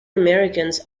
americans